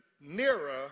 nearer